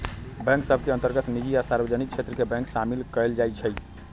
bank सभ के अंतर्गत निजी आ सार्वजनिक क्षेत्र के बैंक सामिल कयल जाइ छइ